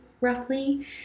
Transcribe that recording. roughly